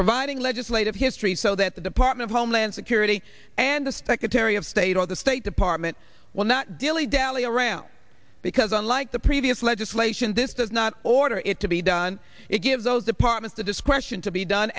providing legislative history so that the department of homeland security and the specter terry of state or the state department will not delay dally around because unlike the previous legislation this does not order it to be done it gives those departments the discretion to be done